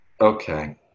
okay